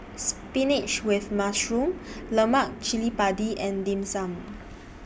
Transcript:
Spinach with Mushroom Lemak Cili Padi and Dim Sum